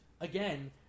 again